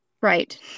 Right